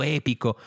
epico